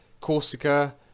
Corsica